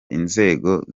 inzego